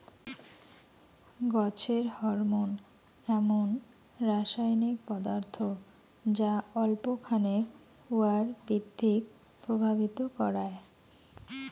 গছের হরমোন এমুন রাসায়নিক পদার্থ যা অল্প খানেক উয়ার বৃদ্ধিক প্রভাবিত করায়